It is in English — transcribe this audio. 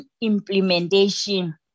implementation